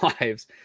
lives